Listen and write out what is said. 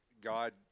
God –